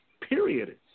period